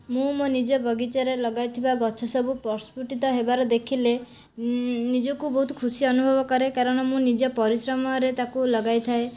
ମୁଁ ମୋ' ନିଜ ବଗିଚାରେ ଲଗାଇଥିବା ଗଛ ସବୁ ପ୍ରସ୍ଫୁଟିତ ହେବାର ଦେଖିଲେ ନିଜକୁ ବହୁତ ଖୁସି ଅନୁଭବ କରେ କାରଣ ମୁଁ ନିଜ ପରିଶ୍ରମରେ ତାକୁ ଲଗାଇଥାଏ